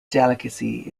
delicacy